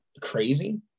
crazy